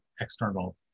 external